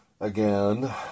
again